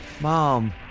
Mom